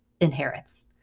inherits